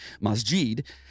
Masjid